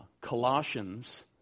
Colossians